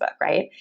right